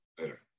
Later